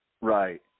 Right